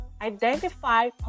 identify